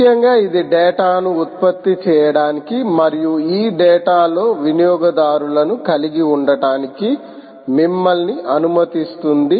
ముఖ్యంగా ఇది డేటా ను ఉత్పత్తి చేయడానికి మరియు ఈ డేటా లో వినియోగదారులను కలిగి ఉండటానికి మిమ్మల్ని అనుమతిస్తుంది